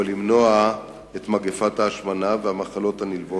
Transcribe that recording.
או למנוע את מגפת ההשמנה והמחלות הנלוות,